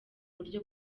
buryo